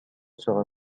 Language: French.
sera